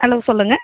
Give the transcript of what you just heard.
hello சொல்லுங்கள்